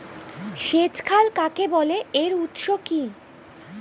সেচ খাল কাকে বলে এর উৎস কি?